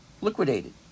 liquidated